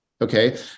okay